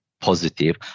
positive